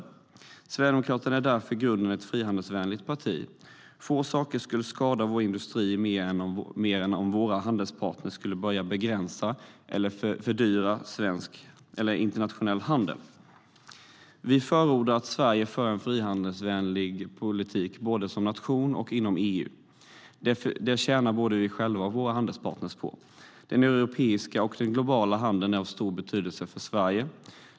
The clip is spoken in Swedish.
Sverigedemokraterna är därför i grunden ett frihandelsvänligt parti. Få saker skulle skada vår industri mer än om våra handelspartner skulle börja begränsa eller fördyra internationell handel. Vi förordar att Sverige för en frihandelsvänlig politik både som nation och inom EU. Detta tjänar både vi själva och våra handelspartner på. Den europeiska och den globala handeln är av stor betydelse för Sverige.